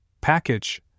package